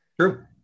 True